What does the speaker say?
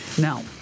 Now